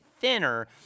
thinner